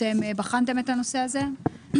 אתם בחנתם את הנושא הזה|?